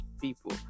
people